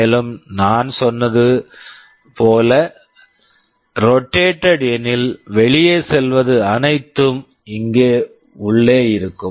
மேலும் நான் சொன்னது போல் ரொட்டேட் rotate எனில் வெளியே செல்வது அனைத்தும் இங்கே உள்ளே இருக்கும்